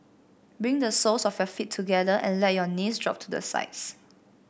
bring the soles of your feet together and let your knees drop to the sides